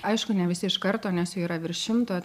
aišku ne visi iš karto nes jų yra virš šimto